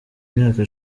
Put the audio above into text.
myaka